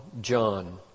John